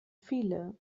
viele